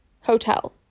hotel